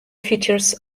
features